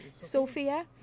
Sophia